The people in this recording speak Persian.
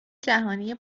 جهانی